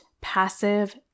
passive